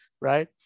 right